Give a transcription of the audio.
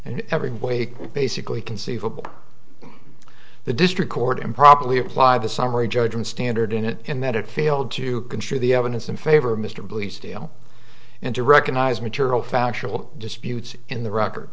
and every way he basically conceivable the district court improperly applied the summary judgment standard in it in that it failed to construe the evidence in favor of mr bleasdale and to recognize material factual disputes in the record